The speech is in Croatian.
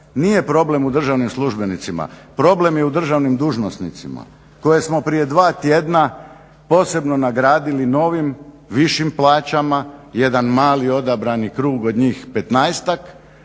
Nije problem u državnim službenicima, problem je u državnim dužnosnicima koje smo prije dva tjedna posebno nagradili novim višim plaćama, jedan mali odabrani krug od njih